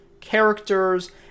characters